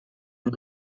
amb